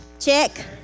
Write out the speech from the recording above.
Check